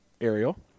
Ariel